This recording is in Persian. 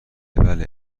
بله